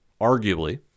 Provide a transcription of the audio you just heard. arguably